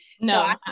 No